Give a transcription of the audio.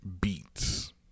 beats